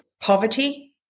poverty